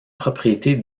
propriétés